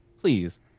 please